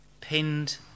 pinned